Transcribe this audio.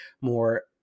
more